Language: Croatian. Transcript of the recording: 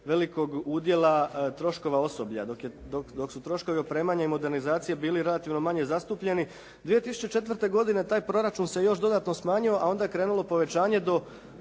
velikog udjela troškova osoblja dok je, dok su troškovi opremanja i modernizacije bili relativno manje zastupljeni. 2004. godine taj proračun se još dodatno smanjio, a onda je krenulo povećanje do